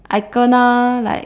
I kena like